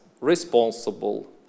responsible